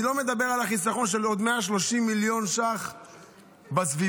אני לא מדבר על החיסכון של עוד 130 מיליון שקלים בסביבה,